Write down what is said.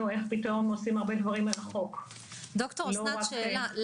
איך פתאום עושים הרבה דברים מרחוק --- ד"ר אסנת שאלה,